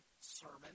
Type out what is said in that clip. sermon